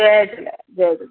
जय झूले जय झूले